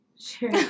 Sure